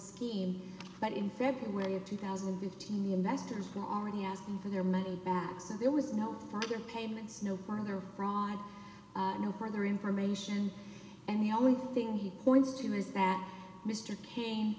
scheme but in february of two thousand and fifteen investors were already asking for their money back so there was no further payments no further fraud no further information and the only thing he points to is back mr